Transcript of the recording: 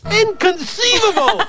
Inconceivable